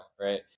right